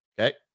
okay